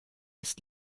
ist